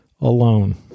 alone